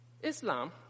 Islam